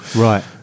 Right